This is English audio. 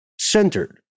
centered